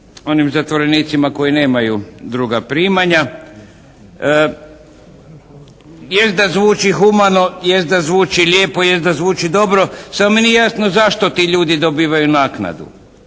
onim zatvorenicima koji nemaju druga primanja. Jest da zvuči humano, jest da zvuči lijepo, jest da zvuči dobro. Samo mi nije jasno zašto ti ljudi dobivaju naknadu?